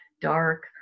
dark